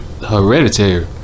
hereditary